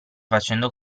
facendo